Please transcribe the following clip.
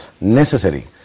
necessary